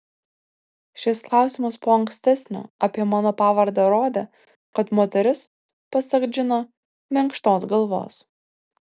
šis klausimas po ankstesnio apie mano pavardę rodė kad moteris pasak džino minkštos galvos